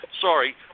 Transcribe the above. Sorry